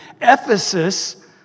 Ephesus